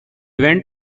went